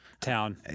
town